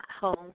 home